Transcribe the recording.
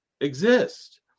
exist